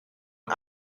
een